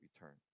return